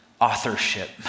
authorship